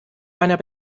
meiner